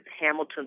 Hamilton